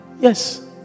Yes